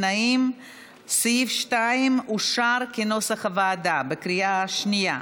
סעיף 2 אושר כנוסח הוועדה בקריאה שנייה.